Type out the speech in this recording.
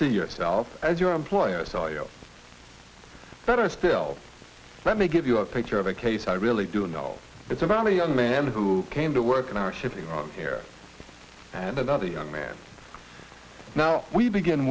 see yourself as your employer psyops but i still let me give you a picture of a case i really do know it's about a young man who came to work in our shipping here and another young man now we begin